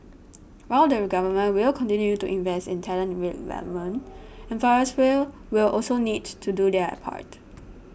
while the Government will continue to invest in talent development employers will also need to do their part